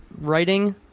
writing